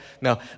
Now